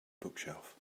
bookshelf